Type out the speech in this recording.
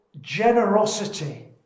generosity